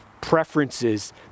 preferences